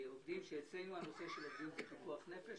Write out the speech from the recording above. הנושא של עובדים אצלנו הוא פיקוח נפש,